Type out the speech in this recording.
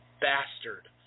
bastard